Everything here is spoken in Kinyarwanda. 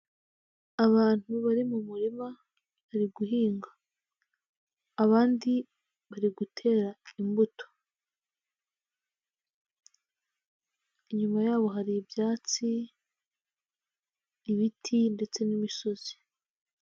Abantu bari mu murima bari guhinga, abandi bari gutera imbuto, inyuma yaho hari ibyatsi, ibiti n'imisozi.